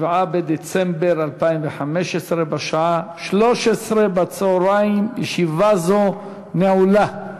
7 בדצמבר 2015, בשעה 13:00. ישיבה זו נעולה.